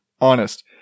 Honest